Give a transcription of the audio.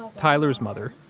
tyler's mother,